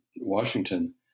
Washington